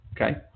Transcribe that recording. okay